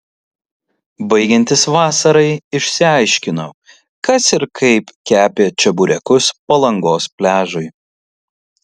baigiantis vasarai išsiaiškino kas ir kaip kepė čeburekus palangos pliažui